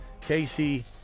Casey